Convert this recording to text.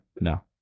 No